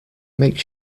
make